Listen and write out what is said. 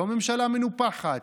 לא ממשלה מנופחת,